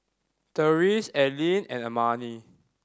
Therese Allyn and Amani